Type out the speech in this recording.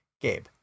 Gabe